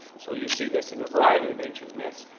so you see this in a variety of ancient myths.